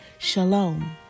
Shalom